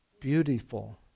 Beautiful